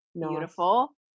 Beautiful